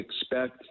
expect